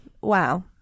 Wow